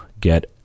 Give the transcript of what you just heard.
get